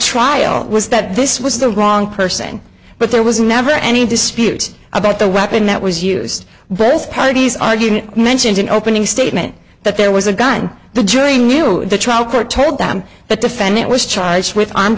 trial was that this was the wrong person but there was never any dispute about the weapon that was used but both parties are mentioned in opening statement that there was a gun the jury knew the trial court told them the defendant was charged with armed